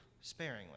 sparingly